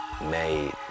made